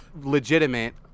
legitimate